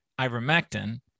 ivermectin